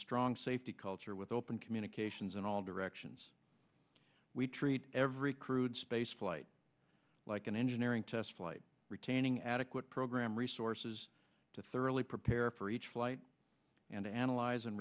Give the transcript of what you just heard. strong safety culture with open communications in all directions we treat every crude spaceflight like an engineering test flight retaining adequate program resources to thoroughly prepare for each flight and to analyze and